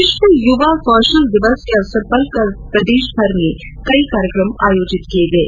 विश्व यूवा कौशल दिवस के अवसर पर कल प्रदेशभर में कई कार्यकम आयोजित किये गये